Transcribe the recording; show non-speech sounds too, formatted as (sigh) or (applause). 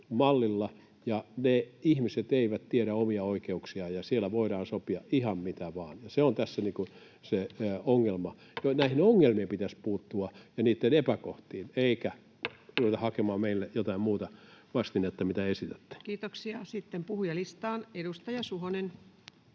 Ne ihmiset eivät tiedä omia oikeuksiaan, ja siellä voidaan sopia ihan mitä vaan, ja se on tässä se ongelma. (noise) Pitäisi puuttua näihin ongelmiin ja niitten epäkohtiin (noise) eikä ruveta hakemaan meille jotain muuta vastinetta, mitä esitätte. Kiitoksia. — Sitten puhujalistaan, edustaja Suhonen.